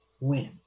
win